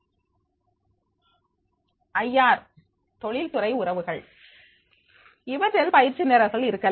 ஐ R தொழில்துறை உறவுகள் இவற்றில் பயிற்சி நிரல்கள் இருக்கலாம்